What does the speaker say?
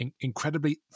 incredibly